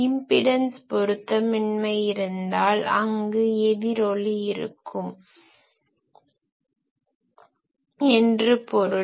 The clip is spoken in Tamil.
இம்பிடன்ஸ் பொருத்தமின்மை இருந்தால் அங்கு எதிரொலி இருக்கிறது என்று பொருள்